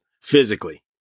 physically